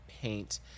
paint